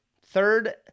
third